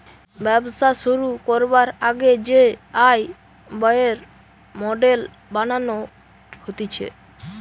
ব্যবসা শুরু করবার আগে যে আয় ব্যয়ের মডেল বানানো হতিছে